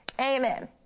Amen